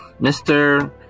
Mr